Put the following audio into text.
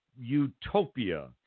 utopia